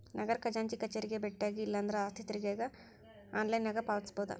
ನಗರ ಖಜಾಂಚಿ ಕಚೇರಿಗೆ ಬೆಟ್ಟ್ಯಾಗಿ ಇಲ್ಲಾಂದ್ರ ಆಸ್ತಿ ತೆರಿಗೆ ಆನ್ಲೈನ್ನ್ಯಾಗ ಪಾವತಿಸಬೋದ